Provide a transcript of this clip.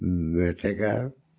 মেটেকাৰ